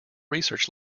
research